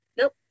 Nope